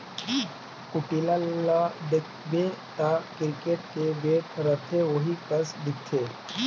कुटेला ल देखबे ता किरकेट कर बैट रहथे ओही कस दिखथे